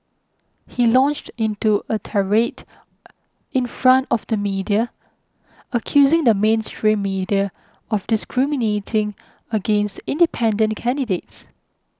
he launched into a tirade in front of the media accusing the mainstream media of discriminating against independent candidates